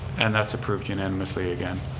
and that's approved unanimously again.